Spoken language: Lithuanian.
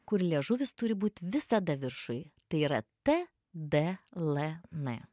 kur liežuvis turi būt visada viršuj tai yra t d l n